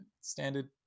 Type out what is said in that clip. standard